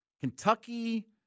Kentucky